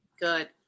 Good